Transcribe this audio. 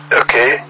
okay